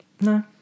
No